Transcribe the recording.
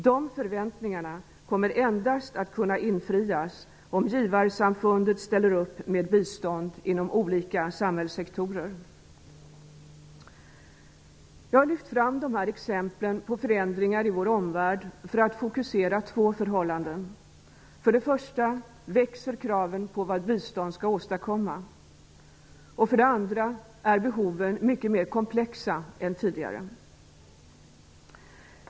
De förväntningarna kommer att kunna infrias endast om givarsamfundet ställer upp med bistånd inom olika samhällssektorer. Jag har lyft fram de här exemplen på förändringar i vår omvärld för att fokusera två förhållanden. För det första växer kraven på vad bistånd skall åstadkomma. För det andra är behoven mycket mer komplexa än tidigare.